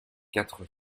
quatre